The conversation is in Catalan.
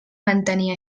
mantenir